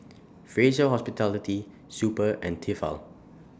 Fraser Hospitality Super and Tefal